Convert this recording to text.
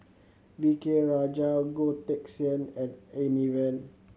V K Rajah Goh Teck Sian and Amy Van